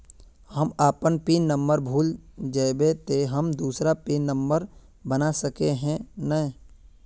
हम अपन pin number भूल जयबे ते हम दूसरा पिन नंबर बना सके है नय?